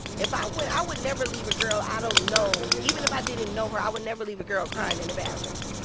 if i went i would never leave a girl i don't know even if i didn't know her, i would never leave a girl crying in a bathroom.